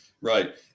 Right